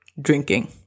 drinking